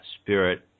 spirit